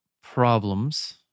problems